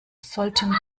sollten